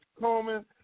Coleman